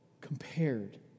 compared